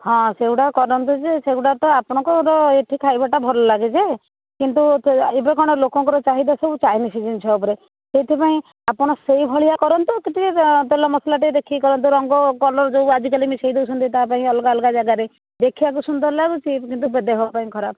ହଁ ସେଗୁଡ଼ାକ କରନ୍ତି ଯେ ସେଗୁଡ଼ା ତ ଆପଣଙ୍କର ଏଠି ଖାଇବାଟା ଭଲ ଲାଗେ ଯେ କିନ୍ତୁ ଏବେ କ'ଣ ଲୋକଙ୍କର ଚାହିଦା ସବୁ ଚାଇନିଜ୍ ଜିନିଷ ଉପରେ ସେଇଥିପାଇଁ ଆପଣ ସେଇ ଭଳିଆ କରନ୍ତୁ କିନ୍ତୁ ଏ ତେଲ ମସଲା ଟିକିଏ ଦେଖିକି କରନ୍ତୁ ରଙ୍ଗ କଲର୍ ଯୋଉ ଆଜିକାଲି ମିଶେଇ ଦେଉଛନ୍ତି ତା ପାଇଁ ଅଲଗା ଅଲଗା ଜାଗାରେ ଦେଖିବାକୁ ସୁନ୍ଦର ଲାଗୁଛି କିନ୍ତୁ ଦେହପାଇଁ ଖରାପ